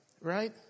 Right